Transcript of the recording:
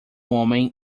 homem